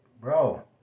bro